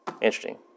Interesting